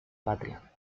patria